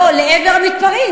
לא, לעבר המתפרעים.